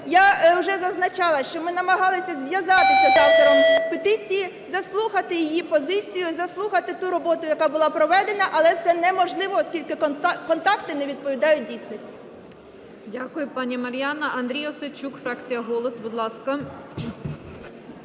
я вже зазначала, що ми намагалися зв'язатися з автором петиції, заслухати її позицію, заслухати ту роботу, яка була проведена, але це неможливо, оскільки контакти не відповідають дійсності.